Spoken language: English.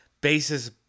basis